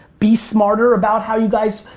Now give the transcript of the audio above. be smarter about how you guys,